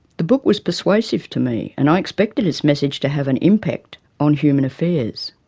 the book was persuasive to me and i expected its message to have an impact on human affairs.